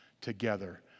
together